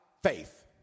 Faith